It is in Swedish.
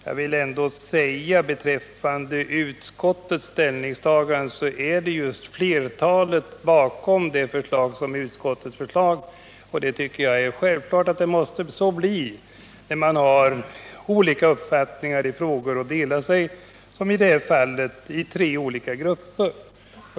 Bakom utskottets förslag står flertalet av dess ledamöter, något som självklart blir följden när det som i detta fall finns tre olika uppfattningar inom utskottet.